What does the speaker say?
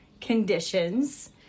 conditions